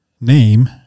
name